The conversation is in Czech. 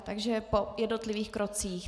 Takže po jednotlivých krocích.